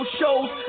shows